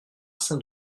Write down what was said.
saint